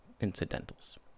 incidentals